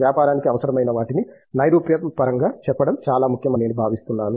వ్యాపారానికి అవసరమైన వాటిని నైరూప్య పరంగా చెప్పడం చాలా ముఖ్యం అని నేను భావిస్తున్నాను